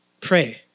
pray